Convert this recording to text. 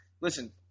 listen